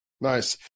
Nice